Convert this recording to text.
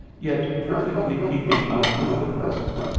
yet perfectly keeping up with the present.